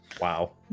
wow